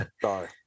Sorry